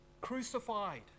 crucified